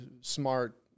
smart